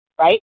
right